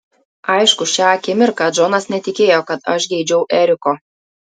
aišku šią akimirką džonas netikėjo kad aš geidžiau eriko